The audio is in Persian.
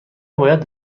باید